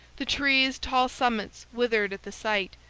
the trees' tall summits withered at the sight,